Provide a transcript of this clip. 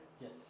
Yes